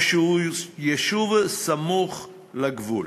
או שהוא יישוב סמוך לגבול.